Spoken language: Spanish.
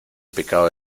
pecado